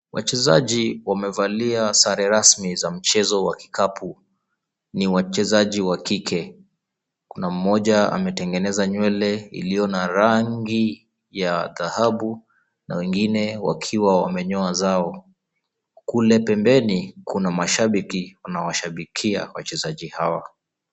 Wachezaji wamevalia sare rasmi za mchezo wa kikapu. Ni wachezaji wa kike. Kuna mmoja ametengeneza nywele iliyo na rangi ya dhahabu na wengine wakiwa wamenyoa zao. Kule pembeni kuna mashabiki wanaowashabikia wachezaji hawa.